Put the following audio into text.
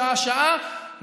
שעה-שעה.